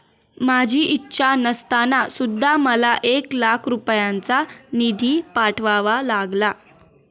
माझी इच्छा नसताना सुद्धा मला एक लाख रुपयांचा निधी पाठवावा लागला